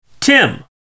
Tim